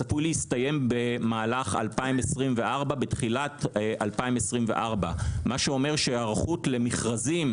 צפוי להסתיים בתחילת 2024. מה שזה אומר שהיערכות למכרזים,